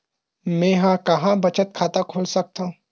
मेंहा कहां बचत खाता खोल सकथव?